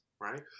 right